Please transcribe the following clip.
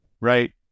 right